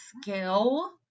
skill